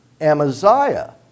Amaziah